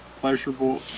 pleasurable